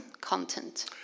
content